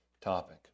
topic